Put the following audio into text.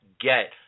get